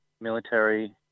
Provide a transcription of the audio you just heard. military